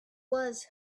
was